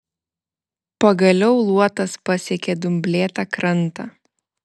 pagaliau luotas pasiekė dumblėtą krantą